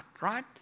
right